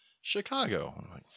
Chicago